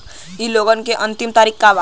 इ लोन के अन्तिम तारीख का बा?